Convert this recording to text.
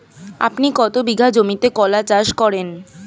আপনি কত বিঘা জমিতে কলা চাষ করেন?